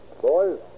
Boys